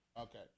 Okay